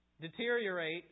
deteriorate